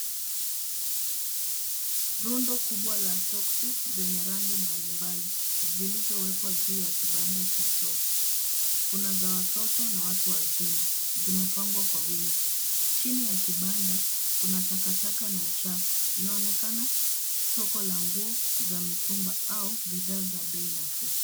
Rundo kubwa la soksi zenye rangi mbali mbali zilizowekwa juu ya kibanda cha soko. Kuna ya watoto na watu wazima. Zimepangwa kwa wingi. Chini ya kibanda kuna takataka na uchafu. Inaonekana soko la nguo za mitumba au bidhaa za bei nafuu.